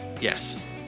Yes